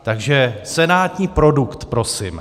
Takže senátní produkt prosím.